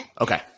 Okay